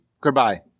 Goodbye